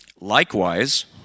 Likewise